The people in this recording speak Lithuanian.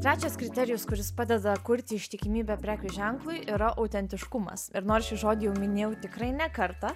trečias kriterijus kuris padeda kurti ištikimybę prekių ženklui yra autentiškumas ir nors šį žodį jau minėjau tikrai ne kartą